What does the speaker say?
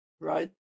Right